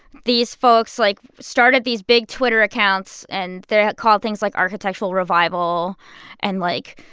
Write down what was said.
these folks, like, started these big twitter accounts, and they called things like architectural revival and, like,